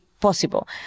possible